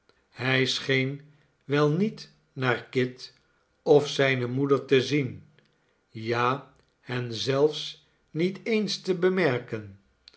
hij scheen wel niet naar kit of zijne moeder te zien ja hen zelfs niet eens te bemerken